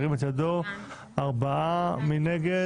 מי נגד?